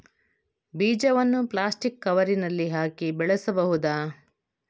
ಬೀಜವನ್ನು ಪ್ಲಾಸ್ಟಿಕ್ ಕವರಿನಲ್ಲಿ ಹಾಕಿ ಬೆಳೆಸುವುದಾ?